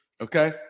okay